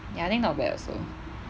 ya I think not bad also